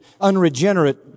unregenerate